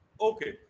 Okay